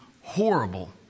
horrible